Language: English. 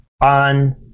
on